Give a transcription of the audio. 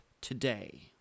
today